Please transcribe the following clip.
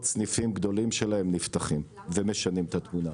סניפים גדולים שלהם נפתחים ומשנים את התמונה.